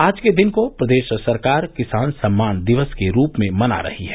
आज के दिन को प्रदेश सरकार किसान सम्मान दिवस के रूप में मना रही है